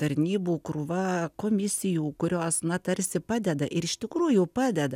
tarnybų krūva komisijų kurios na tarsi padeda ir iš tikrųjų padeda